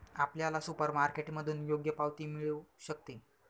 आपल्याला सुपरमार्केटमधून योग्य पावती पण मिळू शकते